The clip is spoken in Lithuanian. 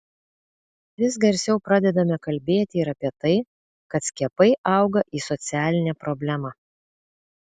vis garsiau pradedame kalbėti ir apie tai kad skiepai auga į socialinę problemą